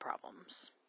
problems